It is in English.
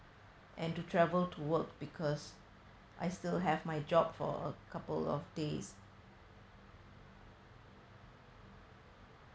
and to travel to work because I still have my job for a couple of days